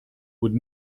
would